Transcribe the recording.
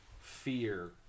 fear